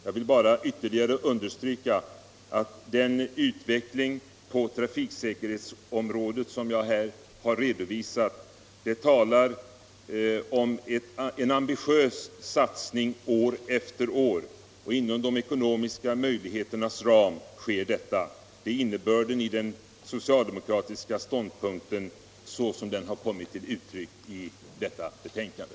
Jag vill bara ytterligare understryka att den utveckling på trafiksäkerhetsområdet som jag här har redovisat vittnar om en ambitiös satsning år efter år inom de ekonomiska möjligheternas ram. Det är innebörden i den socialdemokratiska ståndpunkten, sådan den har kommit till uttryck i detta betänkande.